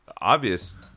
obvious